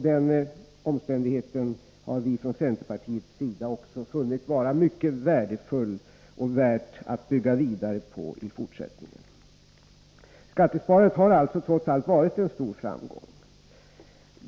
Denna omständighet har vi från centerpartiets sida också funnit vara mycket värdefull och värd att bygga vidare på i fortsättningen. Skattesparandet har alltså trots allt varit en stor framgång.